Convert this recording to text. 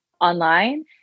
online